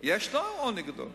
ישנו עוני גדול,